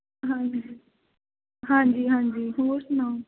ਹਾਂਜੀ ਹਾਂਜੀ ਹਾਂਜੀ ਹੋਰ ਸੁਣਾਓ